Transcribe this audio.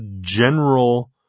general